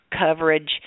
coverage